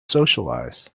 socialize